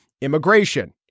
immigration